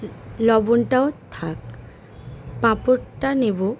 লবণটাও থাক পাঁপড়টা নেব